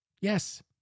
yes